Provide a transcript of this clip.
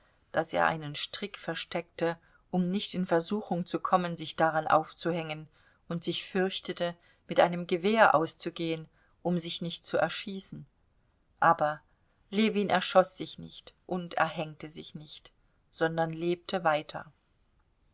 daß er einen strick versteckte um nicht in versuchung zu kommen sich daran aufzuhängen und sich fürchtete mit einem gewehr auszugehen um sich nicht zu erschießen aber ljewin erschoß sich nicht und erhängte sich nicht sondern lebte weiter